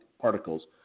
particles